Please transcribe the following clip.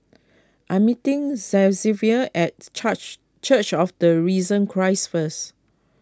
I am meeting Xzavier at Church of the Risen Christ first